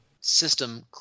system